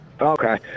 Okay